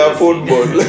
football